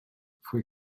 fue